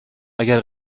اگر